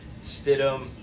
Stidham